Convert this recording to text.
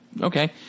Okay